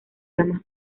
ramas